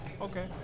Okay